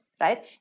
right